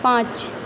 پانچ